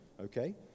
okay